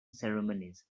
ceremonies